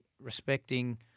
respecting